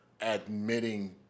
admitting